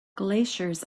glaciers